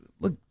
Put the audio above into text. look